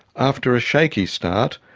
after a shaky start,